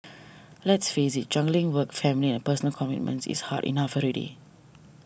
let's face it juggling work family and personal commitments it's hard enough already